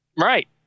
Right